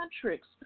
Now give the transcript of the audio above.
tricks